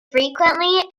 frequently